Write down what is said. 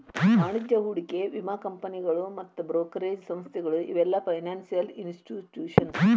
ವಾಣಿಜ್ಯ ಹೂಡಿಕೆ ವಿಮಾ ಕಂಪನಿಗಳು ಮತ್ತ್ ಬ್ರೋಕರೇಜ್ ಸಂಸ್ಥೆಗಳು ಇವೆಲ್ಲ ಫೈನಾನ್ಸಿಯಲ್ ಇನ್ಸ್ಟಿಟ್ಯೂಷನ್ಸ್